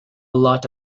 lot